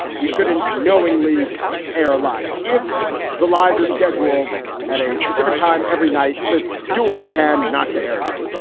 we shouldn't knowingly air lies if the lies are scheduled at a specific time every night. let's do what we can. not to air them.